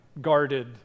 guarded